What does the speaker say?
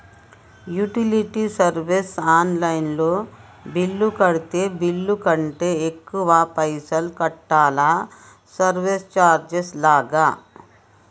Utility service online లో bill కడితే bill కంటే ఎక్కువ పైసల్ కట్టాలా సర్వీస్ చార్జెస్ లాగా?